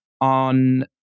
on